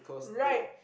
right